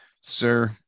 Sir